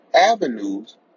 avenues